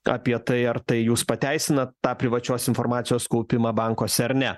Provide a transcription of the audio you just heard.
apie tai ar tai jūs pateisinat tą privačios informacijos kaupimą bankuose ar ne